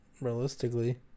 Realistically